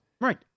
Right